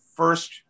First